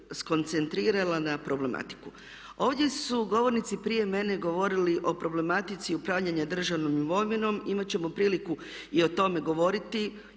skoncentrirala na problematiku. Ovdje su govornici prije mene govorili o problematici upravljanja državnom imovinom, imati ćemo priliku i o tome govoriti